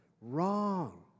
wrong